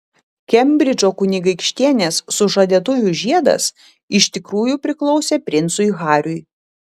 kembridžo kunigaikštienės sužadėtuvių žiedas iš tikrųjų priklausė princui hariui